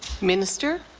minister.